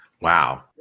Wow